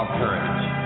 courage